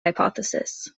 hypothesis